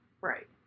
Right